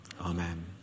Amen